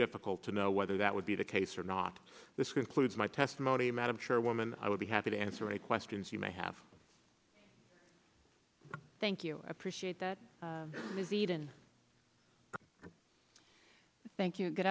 difficult to know whether that would be the case or not this group clues my testimony madam chairwoman i would be happy to answer any questions you may have thank you appreciate that is eaten thank you good